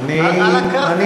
על הקרקע.